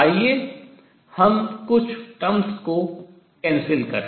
आइए हम कुछ terms पदों को cancel रद्द करें